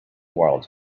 world